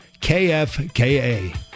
kfka